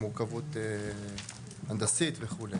מורכבות הנדסית וכולי.